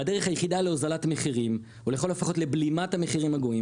והדרך היחידה להוזלת מחירים או לכל הפחות לבלימת המחירים הגואים,